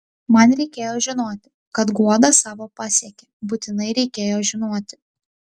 man reikėjo žinoti kad guoda savo pasiekė būtinai reikėjo žinoti